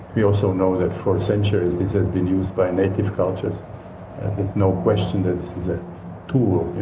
we also know that for centuries this has been used by native culture with no question that this is a tool,